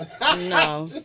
No